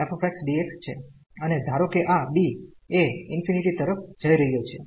અને ધારો કે આ b એ ∞ તરફ જઈ રહ્યો છે